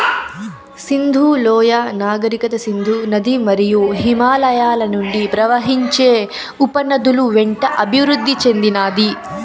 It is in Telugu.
సింధు లోయ నాగరికత సింధు నది మరియు హిమాలయాల నుండి ప్రవహించే ఉపనదుల వెంట అభివృద్ది చెందినాది